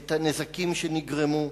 את הנזקים שנגרמו.